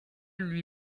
lui